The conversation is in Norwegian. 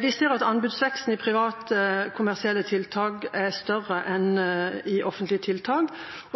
Vi ser at anbudsveksten i private, kommersielle tiltak er større enn i offentlige tiltak.